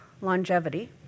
Longevity